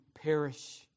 Perish